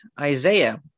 Isaiah